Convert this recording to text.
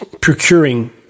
procuring